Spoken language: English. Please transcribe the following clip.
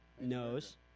knows